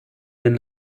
den